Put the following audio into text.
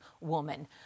woman